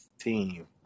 team